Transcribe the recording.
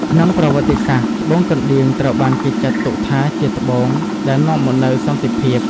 ក្នុងប្រវត្តិសាស្ត្រ ត្បូងកណ្ដៀងត្រូវបានគេចាត់ទុកថាជាត្បូងដែលនាំមកនូវសន្តិភាព។